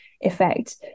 effect